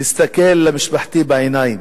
להסתכל למשפחתי בעיניים.